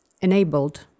enabled